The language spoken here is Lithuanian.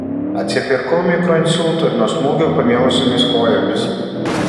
atsipirkau mikroinsultu ir nuo smūgių pamėlusiomis kojomis